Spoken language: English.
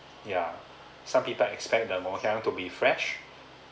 ya some people expect the ngoh hiang to be fresh